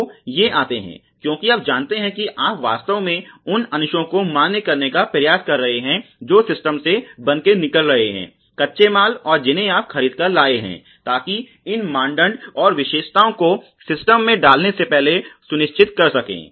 तो ये आते हैं क्योंकि आप जानते हैं कि आप वास्तव में उन अंशों को मान्य करने का प्रयास कर रहे हैं जो सिस्टम से बन के निकाल रहे हैं कच्चे माल और जिन्हें आप खरीद कर लाये हैं ताकि इन मानदण्ड और विशेषताओं को सिस्टम मे डालने से पहले सुनिश्चित कर सकें